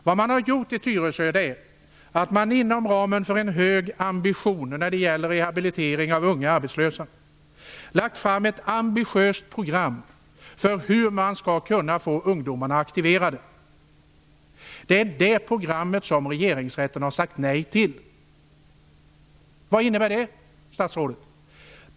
Vad man i Tyresö har gjort är att man inom ramen för en hög ambition när det gäller rehabilitering av unga arbetslösa har lagt fram ett program för hur man skall kunna få ungdomarna aktiverade. Det är det programmet som Regeringsrätten har sagt nej till. Vad innebär detta, statsrådet?